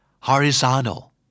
horizontal